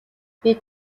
бид